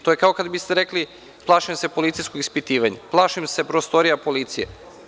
To je kada biste rekli - plašim se policijskom ispitivanja, plašim se prostorija policije.